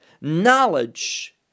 knowledge